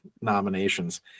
nominations